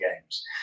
games